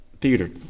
theater